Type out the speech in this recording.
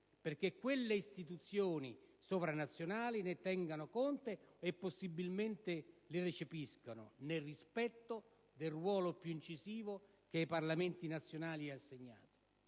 perché quelle istituzioni sovranazionali ne tengano conto (e possibilmente le recepiscano), nel rispetto del ruolo più incisivo che ai Parlamenti nazionali è assegnato.